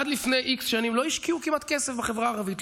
עד לפני x שנים לא השקיעו כמעט כסף בחברה הערבית,